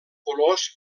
colors